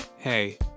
Hey